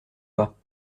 pas